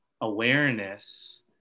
awareness